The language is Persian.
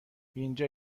اینجا